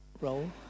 role